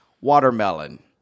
watermelon